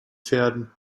verden